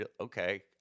okay